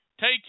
Take